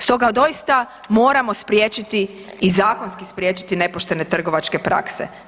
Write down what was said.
Stoga doista, moramo spriječiti i zakonski spriječiti nepoštene trgovačke prakse.